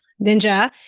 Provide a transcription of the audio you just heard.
ninja